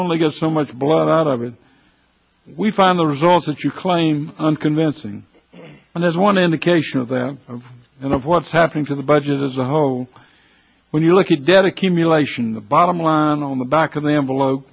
only get so much blood out of it we find the result that you claim unconvincing and there's one indication of that and of what's happening to the budget as a whole when you look at dead accumulation the bottom line on the back of the envelope